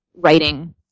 writing